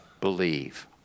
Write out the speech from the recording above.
believe